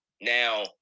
Now